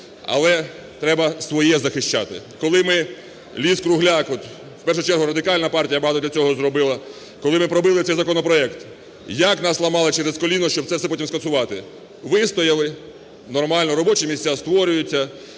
але треба своє захищати. Коли ми ліс-кругляк, в першу чергу Радикальна партія багато для цього зробила, коли ми пробили цей законопроект, як нас ламали через коліно, щоб це все потім скасувати. Вистояли нормально, робочі місця створюються,